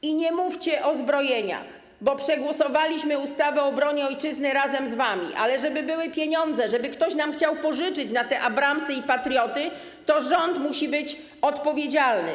I nie mówcie o zbrojeniach, bo przegłosowaliśmy ustawę o obronie ojczyzny razem z wami, ale żeby były pieniądze, żeby ktoś nam chciał pożyczyć na te abramsy i patrioty, to rząd musi być odpowiedzialny.